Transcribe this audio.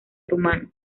rumano